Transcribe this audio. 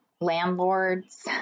landlords